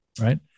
right